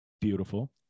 beautiful